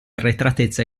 arretratezza